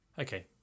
okay